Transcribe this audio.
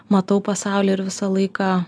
matau pasaulį ir visą laiką